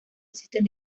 existen